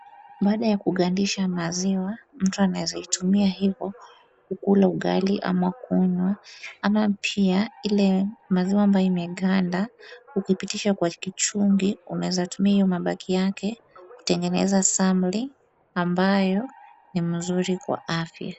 Baada ya kugandisha maziwa, mtu anaweza itumia hivyo kukula ugali ama kunywa ama pia ile maziwa ambayo imeganda, ukipitisha kwa kichungi, unaweza tumia hiyo mabaki yake kutengeneza samli ambayo ni mzuri kwa afya.